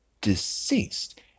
deceased